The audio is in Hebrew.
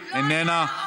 איננה,